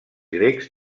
grecs